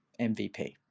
mvp